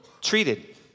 treated